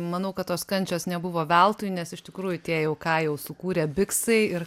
manau kad tos kančios nebuvo veltui nes iš tikrųjų tie jau ką jau sukūrė biksai ir